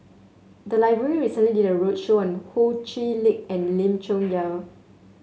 the library recently did a roadshow on Ho Chee Lick and Lim Chong Yah